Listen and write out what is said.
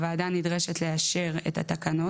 הוועדה נדרשת לאשר את התקנות,